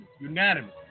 unanimous